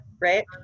right